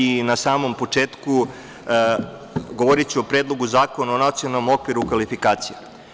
Na samom početku govoriću o Predlogu zakona o nacionalnom okviru kvalifikacija.